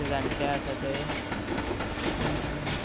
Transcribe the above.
ते जाणटे आसा ते